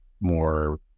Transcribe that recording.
more